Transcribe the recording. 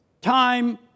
time